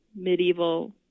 medieval